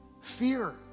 Fear